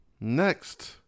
next